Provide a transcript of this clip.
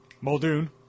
Muldoon